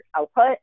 output